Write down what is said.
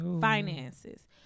finances